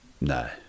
No